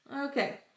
Okay